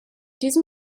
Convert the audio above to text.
diesem